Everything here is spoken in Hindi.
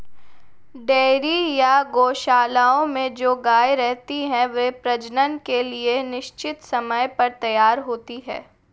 डेयरी या गोशालाओं में जो गायें रहती हैं, वे प्रजनन के लिए निश्चित समय पर तैयार होती हैं